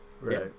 Right